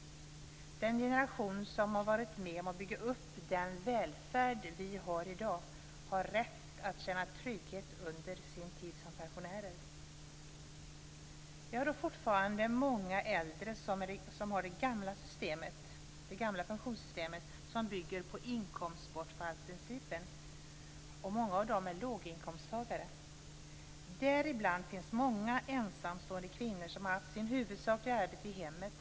Den generation som har varit med om att bygga upp den välfärd vi har i dag har rätt att känna trygghet under sin tid som pensionärer. Det är fortfarande många äldre som har det gamla pensionssystemet som bygger på inkomstbortfallprincipen. Många av dem är låginkomsttagare. Däribland finns många ensamstående kvinnor som har haft sitt huvudsakliga arbete i hemmet.